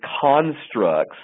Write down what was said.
constructs